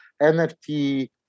NFT